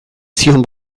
zion